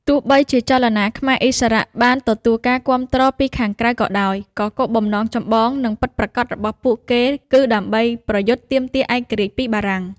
ទោះបីជា ចលនាខ្មែរឥស្សរៈ បានទទួលការគាំទ្រពីខាងក្រៅក៏ដោយ ក៏ គោលបំណងចម្បង និងពិតប្រាកដរបស់ពួកគេ គឺដើម្បី ប្រយុទ្ធទាមទារឯករាជ្យពីបារាំង។